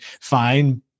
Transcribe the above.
fine